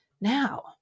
Now